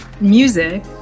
music